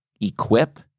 equip